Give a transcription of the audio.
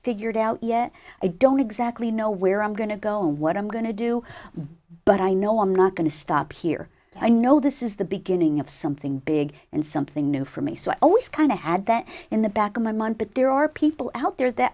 figured out yet i don't exactly know where i'm going to go what i'm going to do but i know i'm not going to stop here i know this is the beginning of something big and something new for me so i always kind of had that in the back of my mind but there are people out there that